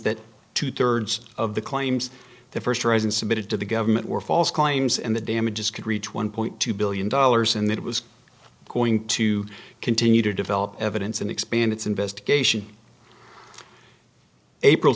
that two thirds of the claims the first horizon submitted to the government were false claims and the damages could reach one point two billion dollars and that it was going to continue to develop evidence and expand its investigation april